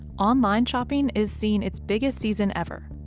online shopping is seeing its biggest season ever.